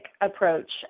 approach